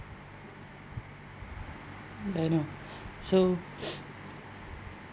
I know so